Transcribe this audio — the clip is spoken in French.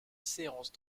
séances